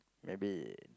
maybe